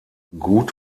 gut